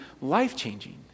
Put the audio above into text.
life-changing